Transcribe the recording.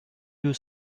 you